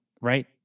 right